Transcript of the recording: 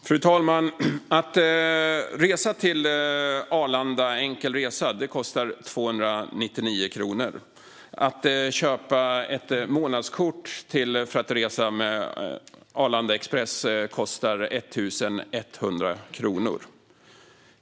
Fru talman! En enkel resa till Arlanda kostar 299 kronor. Att köpa ett månadskort för att resa med Arlanda Express kostar 1 100 kronor.